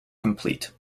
complete